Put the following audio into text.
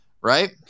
right